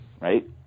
right